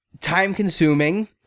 time-consuming